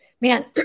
Man